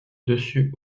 dessus